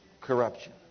corruption